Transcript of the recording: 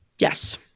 Yes